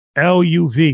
LUV